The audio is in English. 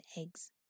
eggs